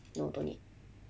no don't need